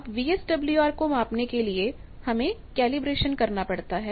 अब वीएसडब्ल्यूआर को मापने के लिए हमें कैलिब्रेशन करना पड़ता है